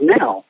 now